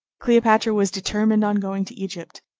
cleopatra was determined on going to egypt,